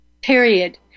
period